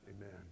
Amen